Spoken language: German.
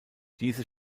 diese